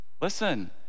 Listen